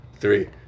three